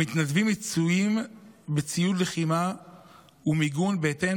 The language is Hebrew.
המתנדבים מצוידים בציוד לחימה ומיגון בהתאם